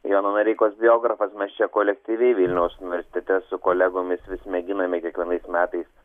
jono noreikos biografas mes čia kolektyviai vilniaus universitete su kolegomis vis mėginame kiekvienais metais